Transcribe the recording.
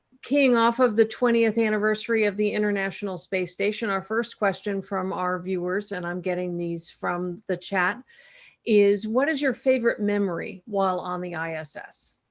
keying off of the twentieth anniversary of the international space station, our first question from our viewers and i'm getting these from the chat is, what is your favorite memory while on the ah iss?